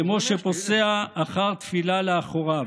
כמו שפוסע אחר תפילה לאחוריו.